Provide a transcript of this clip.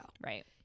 Right